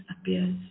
appears